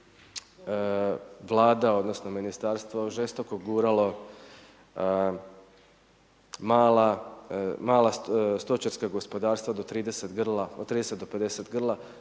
Vlada odnosno ministarstvo žestoko guralo mala stočarska gospodarstva do 30 grla,